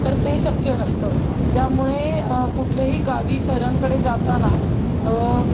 तर ते शक्य नसतं त्यामुळे कुठल्याही गावी शहरांकडे जाताना